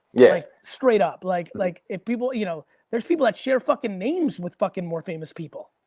yeah. straight up, like like if people you know there's people that share fucking names with fucking more famous people.